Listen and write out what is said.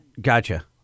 Gotcha